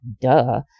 duh